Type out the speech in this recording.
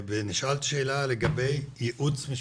ונשאלת שאלה לגבי ייעוץ משפטי.